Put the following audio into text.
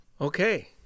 Okay